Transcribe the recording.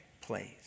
place